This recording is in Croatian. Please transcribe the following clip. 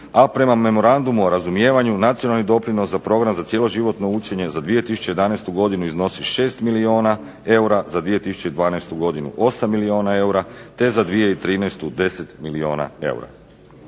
a prema Memorandumu o razumijevanju nacionalni doprinos za program za cjeloživotno učenje za 2011. godinu iznosi 6 milijuna eura, za 2012. godinu 8 milijuna eura, te za 2013. 10 milijuna eura.